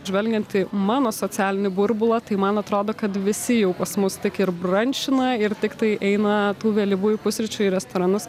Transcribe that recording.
žvelgiant į mano socialinį burbulą tai man atrodo kad visi jau pas mus tik ir branšina ir tiktai eina tų vėlyvųjų pusryčių į restoranus